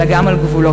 אלא גם על גבולות.